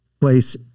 place